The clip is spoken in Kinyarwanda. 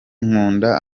nkunda